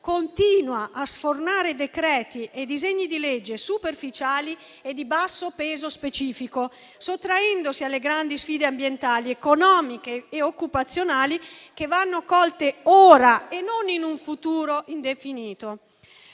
continua a sfornare decreti e disegni di legge superficiali e di basso peso specifico, sottraendosi alle grandi sfide ambientali, economiche e occupazionali, che vanno colte ora e non in un futuro indefinito.